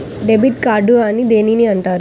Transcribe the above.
Debit card అని దేనిని అంటారు?